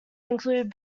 include